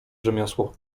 rzemiosło